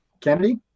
kennedy